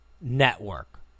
network